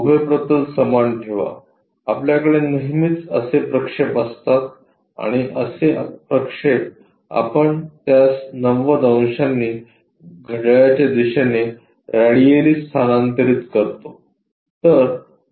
उभे प्रतल समान ठेवा आपल्याकडे नेहमीच असे प्रक्षेप असतात आणि असे प्रक्षेप आपण त्यास 90 अंशांनी घड्याळाच्या दिशेने रॅडियली स्थानांतरीत करतो